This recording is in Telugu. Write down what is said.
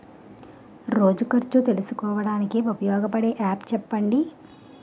రోజు ఖర్చు తెలుసుకోవడానికి ఉపయోగపడే యాప్ చెప్పండీ?